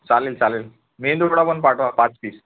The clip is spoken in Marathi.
चालेल चालेल मेदूवडा पण पाठवा पाच पीस